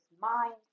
mind